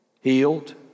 healed